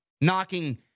knocking